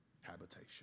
habitation